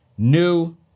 New